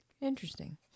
Interesting